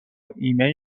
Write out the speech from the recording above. ایمن